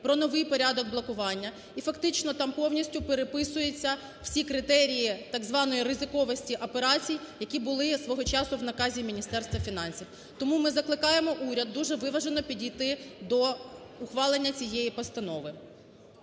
про новий порядок блокування і фактично там повністю переписуються всі критерії так званоїризиковості операцій, які були свого часу в наказі Міністерства фінансів. Тому ми закликаємо уряд дуже виважено підійти до ухвалення цієї постанови.